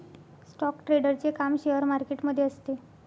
stock ट्रेडरचे काम share market मध्ये असते